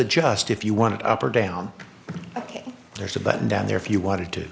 adjust if you want it up or down there's a button down there if you want to